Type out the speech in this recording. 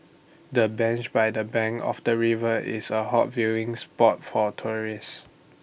the bench by the bank of the river is A hot viewing spot for tourists